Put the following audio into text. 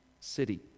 city